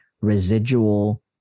residual